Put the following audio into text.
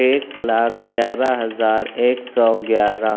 ایک لاکھ گیارہ ہزار ایک سو گیارہ